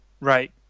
Right